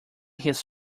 his